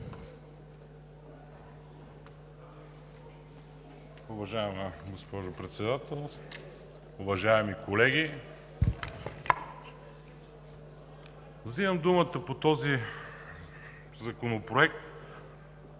Вземам думата по този законопроект,